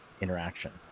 interaction